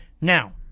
Now